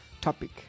topic